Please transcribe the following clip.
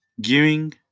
giving